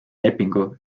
lepingu